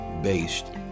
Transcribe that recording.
based